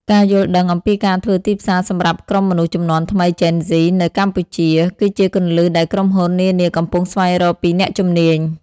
ការយល់ដឹងអំពីការធ្វើទីផ្សារសម្រាប់ក្រុមមនុស្សជំនាន់ថ្មី Gen Z នៅកម្ពុជា គឺជាគន្លឹះដែលក្រុមហ៊ុននានាកំពុងស្វែងរកពីអ្នកជំនាញ។